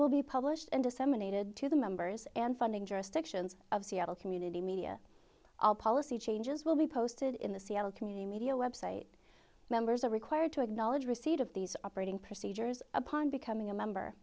will be published and disseminated to the members and funding jurisdictions of seattle community media all policy changes will be posted in the seattle community media website members are required to acknowledge receipt of these operating procedures upon becoming a member